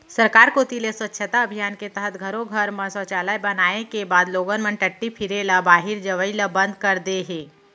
सरकार कोती ले स्वच्छता अभियान के तहत घरो घर म सौचालय बनाए के बाद लोगन मन टट्टी फिरे ल बाहिर जवई ल बंद कर दे हें